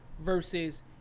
Versus